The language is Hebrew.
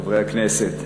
חברי הכנסת,